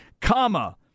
comma